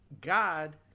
God